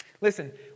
Listen